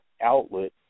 Outlet